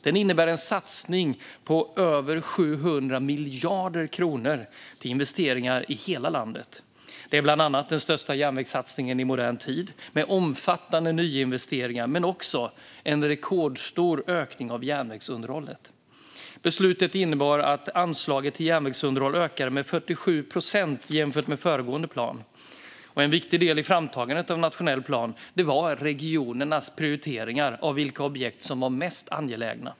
Den innebär en satsning på över 700 miljarder kronor till investeringar i hela landet. Det är bland annat den största järnvägssatsningen i modern tid med omfattande nyinvesteringar men också en rekordstor ökning av järnvägsunderhållet. Beslutet innebar att anslaget till järnvägsunderhåll ökade med 47 procent jämfört med den föregående planen. En viktig del i framtagandet av en nationell plan var regionernas prioriteringar av vilka objekt som var mest angelägna.